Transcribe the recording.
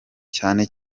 cyane